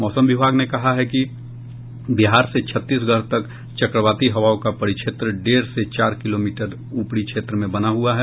मौसम विभाग ने कहा है बिहार से छत्तीसगढ़ तक चक्रवाती हवाओं का परिक्षेत्र डेढ़ से चार किलोमीटर ऊपरी क्षेत्र में बना हुआ है